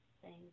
Thank